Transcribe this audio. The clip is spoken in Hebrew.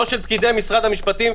לא של פקידי משרד המשפטים,